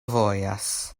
vojas